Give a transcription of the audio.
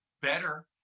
better